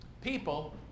people